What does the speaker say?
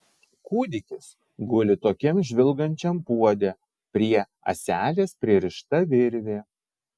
kūdikis guli tokiam žvilgančiam puode prie ąselės pririšta virvė